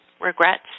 regrets